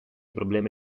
problemi